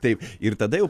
taip ir tada jau